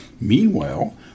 Meanwhile